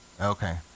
okay